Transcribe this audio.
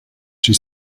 she